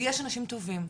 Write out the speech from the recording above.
ויש אנשים טובים.